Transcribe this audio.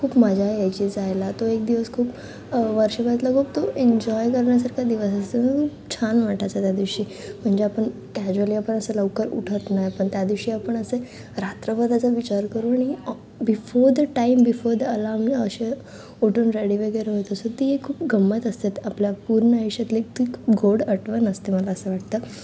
खूप मजा यायची जायला तो एक दिवस खूप वर्षभरातला खूप तो एन्जॉय करण्यासारखा दिवस असतो खूप छान वाटायचं त्यादिवशी म्हणजे आपण कॅज्युअली आपण असं लवकर उठत नाही पण त्यादिवशी आपण असे रात्रभर असे विचार करु आणि before the time before the alarm असे उठून रेडी वगैरे होत असू ती खूप गम्मत असते आपल्या पूर्ण आयुष्यातली ती एक गोड आठवण असते मला असं वाटतं